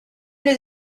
les